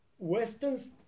Westerns